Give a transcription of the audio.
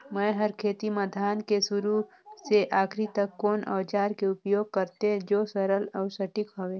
मै हर खेती म धान के शुरू से आखिरी तक कोन औजार के उपयोग करते जो सरल अउ सटीक हवे?